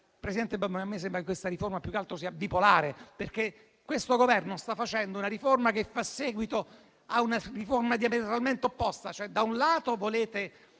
capisco, ma a me sembra che questa riforma più che altro sia bipolare. Questo Governo sta facendo una riforma che fa seguito a una riforma diametralmente opposta; da un lato, volete